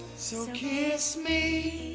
so kiss me